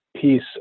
piece